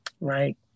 Right